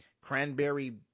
cranberry